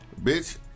bitch